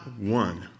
one